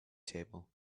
table